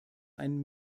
ein